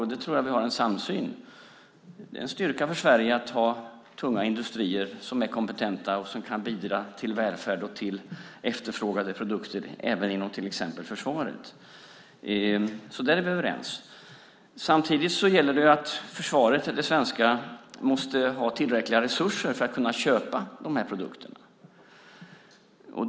Och där tror jag att vi har en samsyn. Det är en styrka för Sverige att ha tunga industrier som är kompetenta och som kan bidra till välfärd och till efterfrågade produkter även inom till exempel försvaret. Så där är vi överens. Samtidigt måste det svenska försvaret ha tillräckliga resurser för att kunna köpa de här produkterna.